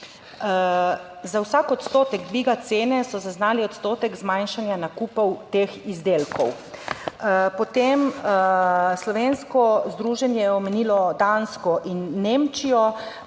Za vsak odstotek dviga cene so zaznali odstotek zmanjšanja nakupov teh izdelkov. Potem, slovensko združenje je omenilo Dansko in Nemčijo,